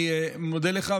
אני מודה לך,